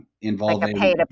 involving